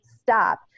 stop